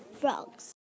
frogs